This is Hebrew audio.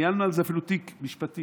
ניהלנו על זה אפילו תיק משפטי